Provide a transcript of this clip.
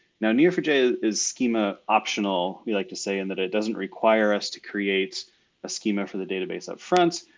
now, n e o four j is schema optional. we like to say in that it doesn't require us to create a schema for the database upfront,